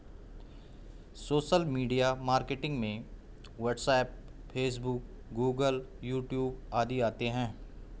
social media marketing में WhatsApp Facebook Google YouTube आदि आते है